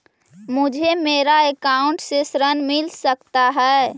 मुझे मेरे अकाउंट से ऋण मिल सकता है?